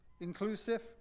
inclusive